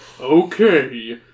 Okay